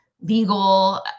legal